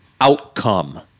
outcome